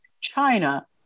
China